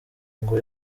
ngo